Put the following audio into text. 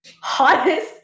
hottest